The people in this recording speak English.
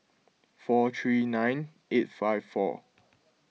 four three nine eight five four